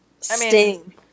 Sting